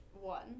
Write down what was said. one